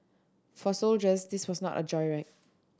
for soldiers this was not a joyride